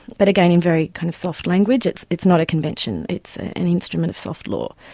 but again in very kind of soft language. it's it's not a convention, it's an instrument of soft law.